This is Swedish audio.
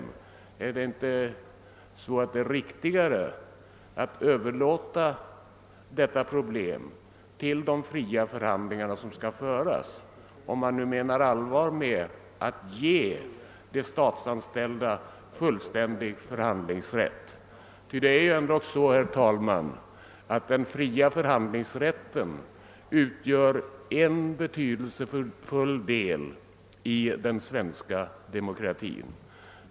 Vore det inte riktigare att överlåta detta problem till de fria förhandlingar som skall föras, om man nu menar allvar med talet om att ge de statsanställda fullständig förhandlingsrätt? Ty den fria förhandlingsrätten utgör, herr talman, en betydelsefull del i den svenska demokratin.